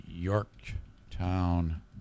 Yorktown